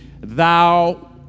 Thou